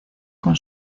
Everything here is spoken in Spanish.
con